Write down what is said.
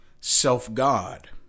self-God